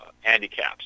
handicaps